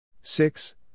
six